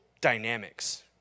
dynamics